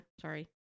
Sorry